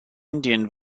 indian